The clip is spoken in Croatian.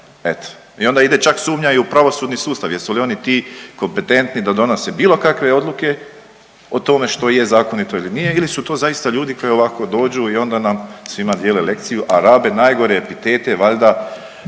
i onda ide čak sumnja i u pravosudni sustav jesu li oni ti kompetentni da donose bilo kakve odluke o tome što je zakonito ili nije ili su to zaista ljudi koji ovako dođu i onda nam svima dijele lekciju, a rabe najgore epitete valjda